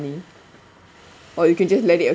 or you can just let it